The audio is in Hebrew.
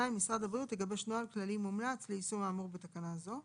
(יז)משרד הבריאות יגבש נוהל כללי מומלץ ליישום האמור בתקנה זו.